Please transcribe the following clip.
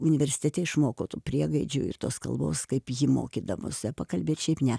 universitete išmokau tų priegaidžių ir tos kalbos kaip ji mokydavosi pakalbėt šiaip ne